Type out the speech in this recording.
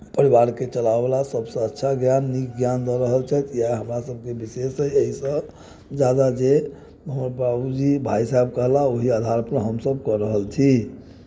परिवारके चलाबयवला सभसँ अच्छा ज्ञान नीक ज्ञान दऽ रहल छथि इएह हमरासभके विशेष एहिसँ ज्यादा के हमर बाबूजी भाय साहब कहला ओहि आधारपर हमसभ कऽ रहल छी